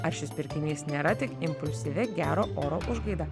ar šis pirkinys nėra tik impulsyvi gero oro užgaida